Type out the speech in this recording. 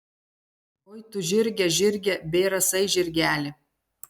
oi tu žirge žirge bėrasai žirgeli